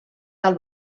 del